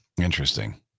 Interesting